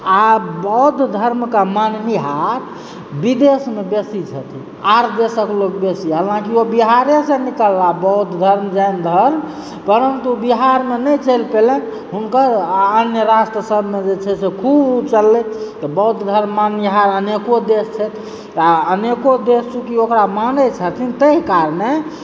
आ बौद्ध धर्मकऽ माननिहार विदेशमे बेसी छथिन आर देशक लग बेसी हालाँकि ओ बिहारे से निकलला बौद्ध धर्म जैन धर्म परन्तु बिहारमे नइँ चलि पयलनि हुनकर आ अन्य राष्ट्र सबमे जे छै से खूब चललै तऽ बौद्ध धर्म माननिहार अनेको देश छै आ अनेको देश चूँकि ओकरा मानै छथिन तहि कारणे